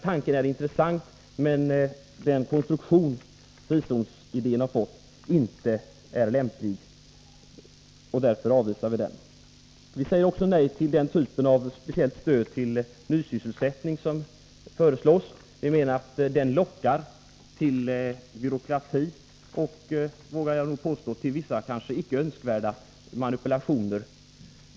Tanken är intressant, men den utformning frizonsidén har fått är inte lämplig, och därför avvisar vi förslaget. Vi säger också nej till den typ av speciellt stöd till nysysselsättning som föreslås. Vi menar att det lockar till byråkrati och — vågar jag påstå — till vissa kanske icke önskvärda manipulationer.